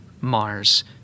Mars